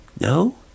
No